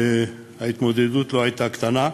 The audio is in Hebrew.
וההתמודדות לא הייתה קטנה.